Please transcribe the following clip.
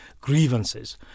grievances